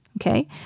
Okay